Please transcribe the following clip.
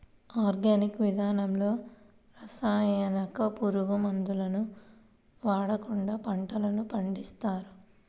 organic విధానంలో రసాయనిక, పురుగు మందులను వాడకుండా పంటలను పండిస్తారు